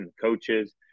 coaches